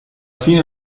fine